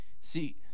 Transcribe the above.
See